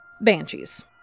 Banshees